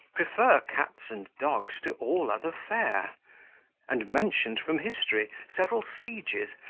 prefer cats and dogs to all other fare and mentioned from history several sieges,